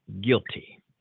guilty